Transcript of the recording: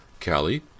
Callie